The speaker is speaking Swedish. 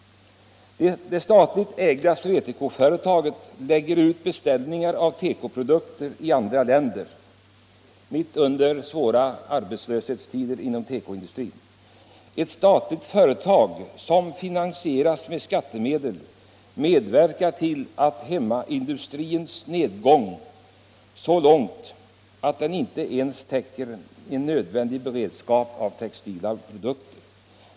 Det statligt ägda SweTeco lägger ut beställningar av tekoprodukter i andra länder mitt under den svåra arbetslösheten i tekoindustrin. Ett statligt företag, som finansieras med skattemedel, medverkar till hemmaindustrins nedgång så långt att den inte ens täcker en nödvändig beredskap med textila produkter.